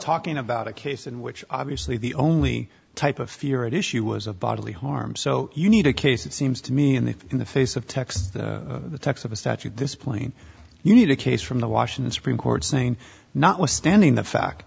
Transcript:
talking about a case in which obviously the only type of fear at issue was a bodily harm so you need a case it seems to me in the in the face of text the text of a statute this plane you need a case from the washington supreme court saying notwithstanding the fact